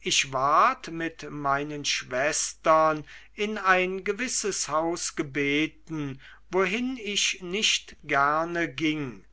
ich ward mit meinen schwestern in ein gewisses haus gebeten wohin ich nicht gerne ging